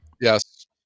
Yes